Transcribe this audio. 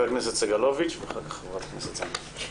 חבר הכנסת סגלוביץ' ואחר כך חברת הכנסת זנדברג.